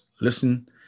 listen